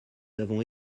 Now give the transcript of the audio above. avons